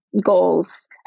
goals